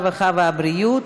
הרווחה והבריאות